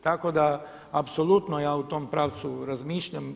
Tako da apsolutno ja u tom pravcu razmišljam.